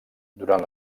durant